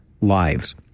lives